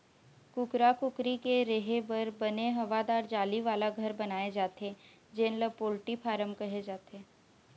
कुकरा कुकरी के रेहे बर बने हवादार जाली वाला घर बनाए जाथे जेन ल पोल्टी फारम कहे जाथे